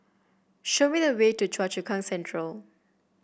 show me the way to Choa Chu Kang Central